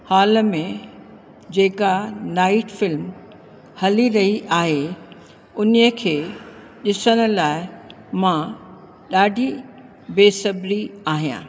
hall में जेका night film हली रही आहे उनखे ॾिसण लाइ मां ॾाढी बेसब्री आहियां